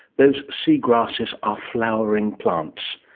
those seagrasses are flowering plants,